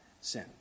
sin